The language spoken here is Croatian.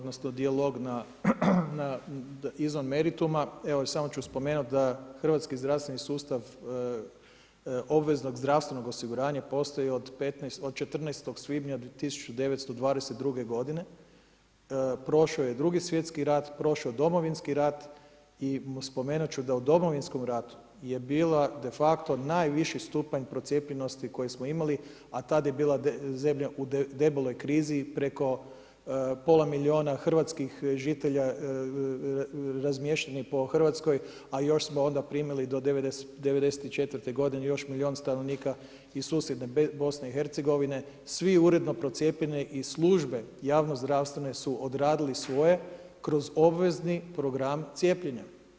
Da ne bih širio dijalog izvan merituma, evo samo ću spomenuti da hrvatski zdravstveni sustav obveznog zdravstvenog osiguranja postoji od 14. svibnja 1922. godine, prošao je Drugi svjetski rad, prošao je Domovinski rat i spomenut ću da u Domovinskom ratu je bila de facto najviši stupanj procjepljenosti koji smo imali, a tada je bila zemlja u debeloj krizi preko pola milijuna hrvatskih žitelja razmještenih po Hrvatskoj, a još smo onda primili do 94. godine još milijun stanovnika iz susjedne Bosne i Hercegovine svi uredno procjepljeni i službe javno zdravstvene su odradili svoje kroz obvezni program cijepljenja.